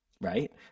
right